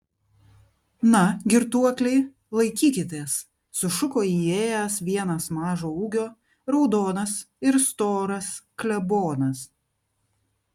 na girtuokliai laikykitės sušuko įėjęs vienas mažo ūgio raudonas ir storas klebonas